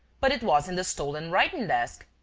but it was in the stolen writing-desk!